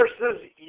versus